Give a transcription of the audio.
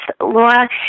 Laura